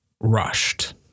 rushed